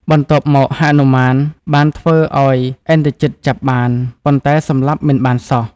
បន្ទាប់មកហនុមាន បានធ្វើ ឱ្យឥន្ទ្រជិតចាប់បាន ប៉ុន្តែសម្លាប់មិនបានសោះ។